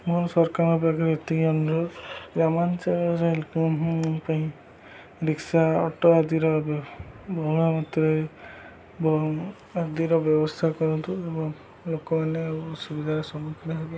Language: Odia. ମୋର ସରକାରଙ୍କ ପାଖରେ ଏତିକି ଅନୁରୋଧ ଗ୍ରାମାଞ୍ଚଳ ପାଇଁ ରିକ୍ସା ଅଟୋ ଆଦିର ବହୁଳ ମାତ୍ରାରେ ବ ଆଦିର ବ୍ୟବସ୍ଥା କରନ୍ତୁ ଏବଂ ଲୋକମାନେ ଆଉ ଅସୁବିଧାର ସମ୍ମୁଖୀନ ହେବେ